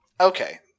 Okay